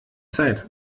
zeit